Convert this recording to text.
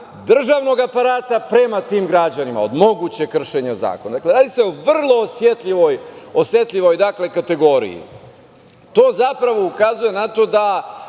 državnog aparata prema tim građanima od mogućeg kršenja zakona. Radi se o vrlo osetljivoj kategoriji. To ukazuje na to da